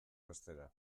bestera